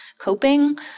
Coping